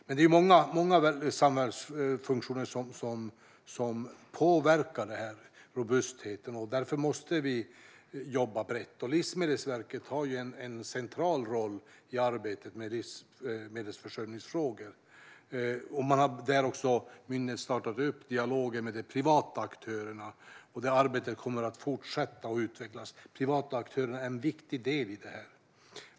Det är många samhällsfunktioner som påverkar robustheten, och därför måste vi jobba brett. Livsmedelsverket har ju en central roll i arbetet med livsmedelsförsörjningsfrågor, och man har i myndigheten också startat upp en dialog med de privata aktörerna. Det arbetet kommer att fortsätta att utvecklas, för de privata aktörerna är en viktig del i det här.